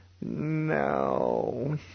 No